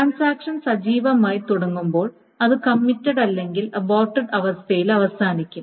transaction സജീവമായി തുടങ്ങുമ്പോൾ അത് കമ്മിറ്റഡ് അല്ലെങ്കിൽ അബോർട്ടഡ് അവസ്ഥയിൽ അവസാനിക്കും